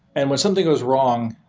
and when something goes wrong,